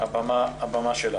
הבמה שלך.